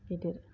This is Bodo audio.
गिदिर